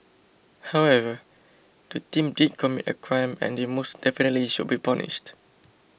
however the team did commit a crime and they most definitely should be punished